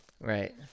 right